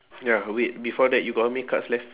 ya wait before that you got how many cards left